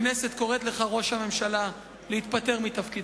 הכנסת קוראת לך, ראש הממשלה, להתפטר מתפקידך.